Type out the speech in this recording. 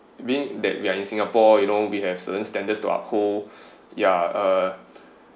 being that we are in singapore you know we have certain standards to uphold ya uh